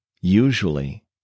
usually